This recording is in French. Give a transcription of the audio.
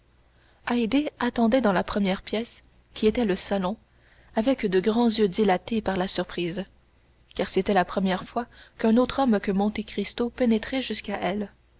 attendait dans la première pièce qui était le salon avec de grands yeux dilatés par la surprise car c'était la première fois qu'un autre homme que monte cristo pénétrait jusqu'à elle